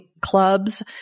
clubs